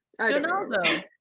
Donaldo